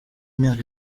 imyaka